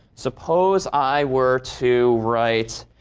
suppose i were to write,